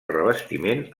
revestiment